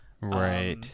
right